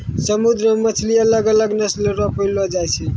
समुन्द्र मे मछली अलग अलग नस्ल रो पकड़लो जाय छै